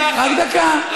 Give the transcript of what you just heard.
רק דקה,